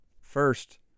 First